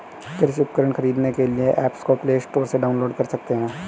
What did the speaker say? कृषि उपकरण खरीदने के लिए एप्स को प्ले स्टोर से डाउनलोड कर सकते हैं